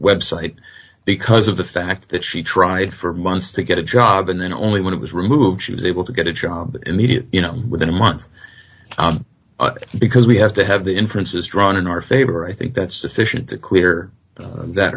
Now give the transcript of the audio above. website because of the fact that she tried for months to get a job and then only when it was removed she was able to get a job immediately you know within a month because we have to have the inferences drawn in our favor i think that's sufficient to clear that